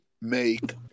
make